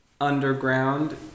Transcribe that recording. underground